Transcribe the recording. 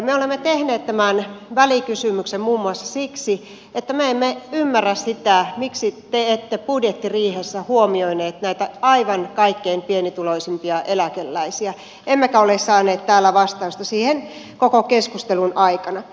me olemme tehneet tämän välikysymyksen muun muassa siksi että me emme ymmärrä sitä miksi te ette budjettiriihessä huomioineet näitä aivan kaikkein pienituloisimpia eläkeläisiä emmekä ole saaneet täällä vastausta siihen koko keskustelun aikana